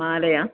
മാലയാണോ